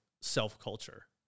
self-culture